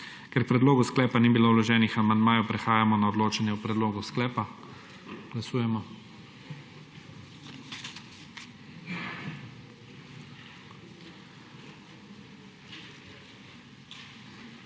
Ker k predlogu sklepa ni bilo vloženih amandmajev, prehajamo na odločanje o predlogu sklepa. Glasujemo.